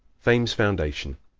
fame's foundation